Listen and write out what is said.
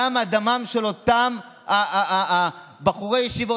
למה דמם של אותם בחורי ישיבות,